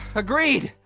agreed.